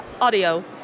audio